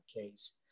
case